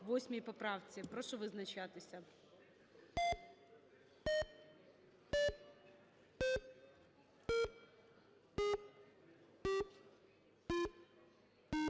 по цій поправці. Прошу визначатись